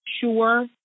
sure